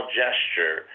gesture